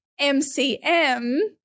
MCM